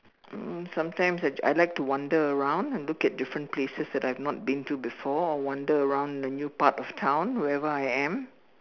um sometimes I just I like to wander around and look at different places that I've not been to before or wander around in a new part of town wherever I am